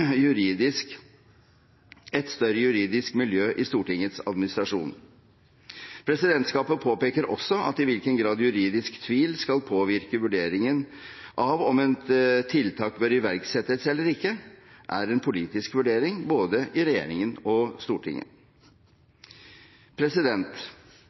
juridisk miljø i Stortingets administrasjon. Presidentskapet påpeker også at i hvilken grad juridisk tvil skal påvirke vurderingen av om et tiltak bør iverksettes eller ikke, er en politisk vurdering – både i regjeringen og i Stortinget.